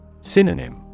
Synonym